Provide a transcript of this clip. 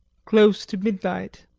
close to midnight.